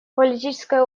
политической